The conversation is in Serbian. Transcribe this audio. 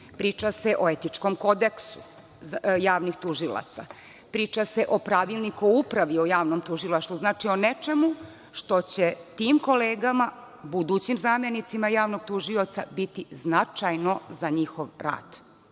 Priča se o etičkom kodeksu javnih tužilaca, priča se o pravilniku o upravni o Javnom tužilaštvu, znači o nečemu što će tim kolegama, budućim zamenicima Javnog tužioca biti značajno za njihov rad,